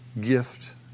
gift